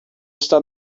está